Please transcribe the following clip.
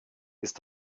ist